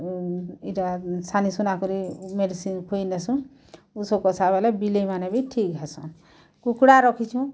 ଇଟା ସାନି ସୁନା କରି ମେଡ଼ିସିନ୍ ଖୁଆସୁଁ ଓଷ କଷା ବିଲେଇମାନେ ବିଠିକ୍ ହେସନ୍